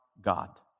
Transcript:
God